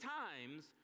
times